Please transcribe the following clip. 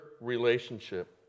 relationship